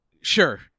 sure